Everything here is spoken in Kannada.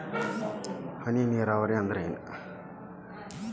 ಹನಿ ನೇರಾವರಿ ಅಂದ್ರ ಏನ್?